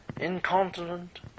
incontinent